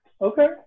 okay